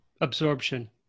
Absorption